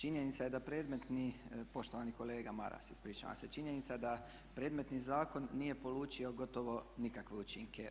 Činjenica je da predmetni, poštovani kolega Maras ispričavam se, činjenica je da predmetni zakon nije polučio gotovo nikakve učinke.